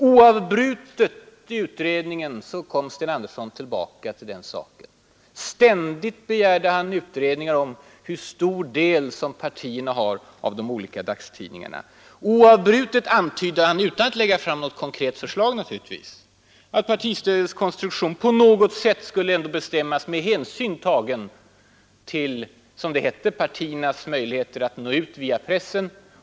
Oavbrutet kom Sten Andersson i utredningen tillbaka till den saken. Ständigt begärde han utredningar om hur stor del som de olika partierna har av dagstidningarna. Oavbrutet antydde han — utan att lägga fram något konkret förslag, naturligtvis — att partistödets konstruktion på något sätt ändå skulle bestämmas med hänsyn tagen till, som det hette, partiernas möjligheter att nå ut via pressen.